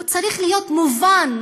הוא צריך להיות מובן.